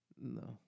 No